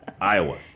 Iowa